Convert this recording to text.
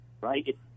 Right